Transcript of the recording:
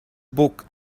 book